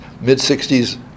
mid-60s